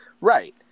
Right